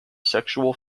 sexual